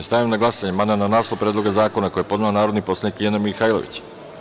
Stavljam na glasanje amandman na naslov Predloga zakona koji je podnela narodni poslanik LJiljana Mihajlović.